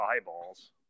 eyeballs